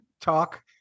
talk